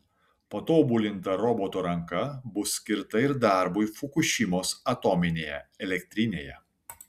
patobulinta roboto ranka bus skirta ir darbui fukušimos atominėje elektrinėje